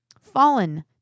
fallen